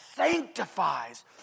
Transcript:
Sanctifies